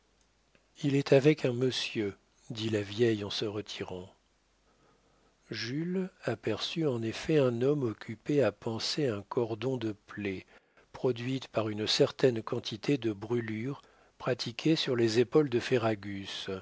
il est avec un monsieur dit la vieille en se retirant jules aperçut en effet un homme occupé à panser un cordon de plaies produites par une certaine quantité de brûlures pratiquées sur les épaules de ferragus